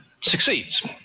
succeeds